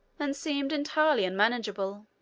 and seemed entirely unmanageable.